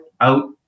out